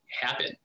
happen